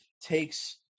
takes